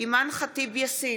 אימאן ח'טיב יאסין,